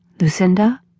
Lucinda